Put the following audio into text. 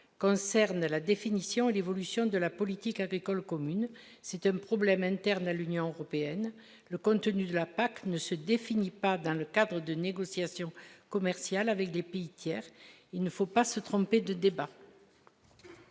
cancer la définition et l'évolution de la politique agricole commune, c'est un problème interne à l'Union européenne, le contenu de la PAC ne se défini pas dans le cadre de négociations commerciales avec des pays tiers, il ne faut pas se tromper de débat.